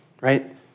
right